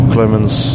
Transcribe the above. Clemens